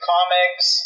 Comics